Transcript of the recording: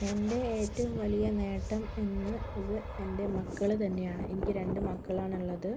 എൻ്റെ ഏറ്റവും വലിയ നേട്ടം എന്നത് അത് എൻ്റെ മക്കള് തന്നെയാണ് എനിക്ക് രണ്ട് മക്കളാണുള്ളത്